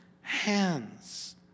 hands